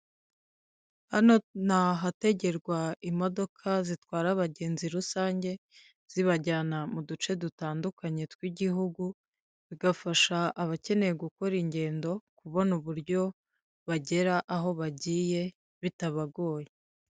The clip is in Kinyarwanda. Hano ni ahategerwa imodoka zitwara abagenzi rusange, zibajyana mu duce dutandukanye tw'igihugu, bigafasha abakeneye gukora ingendo kubona uburyo bagera aho bagiye, bitabagoye.